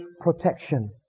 protection